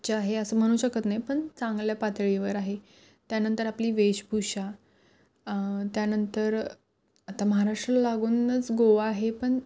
उच्च आहे असं म्हणू शकत नाही पण चांगल्या पातळीवर आहे त्यानंतर आपली वेशभूषा त्यानंतर आता महाराष्ट्र लागूनच गोवा आहे पण